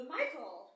Michael